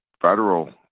federal